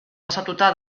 pasatuta